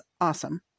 awesome